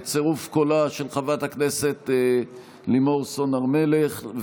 בצירוף קולה של חברת הכנסת לימור סון הר מלך.